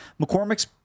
McCormick's